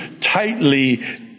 tightly